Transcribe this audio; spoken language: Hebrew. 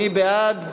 מי בעד?